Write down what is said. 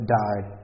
died